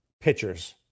pitchers